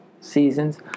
Seasons